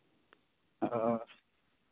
ᱦᱳᱭ